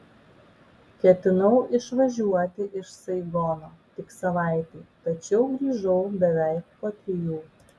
ketinau išvažiuoti iš saigono tik savaitei tačiau grįžau beveik po trijų